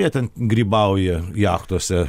jie ten grybauja jachtose